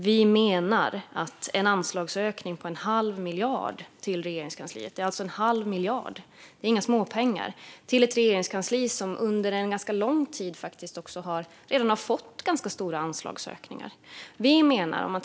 Vi menar dock att en anslagsökning på en halv miljard till ett regeringskansli som under en ganska lång tid faktiskt redan har fått ganska stora anslagsökningar inte är småpengar.